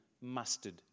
mustard